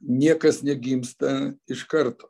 niekas negimsta iš karto